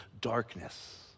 darkness